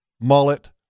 mullet